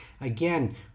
Again